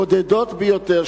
בודדות ביותר,